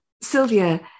Sylvia